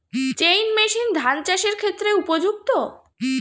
Chain machine ধান চাষের ক্ষেত্রে উপযুক্ত?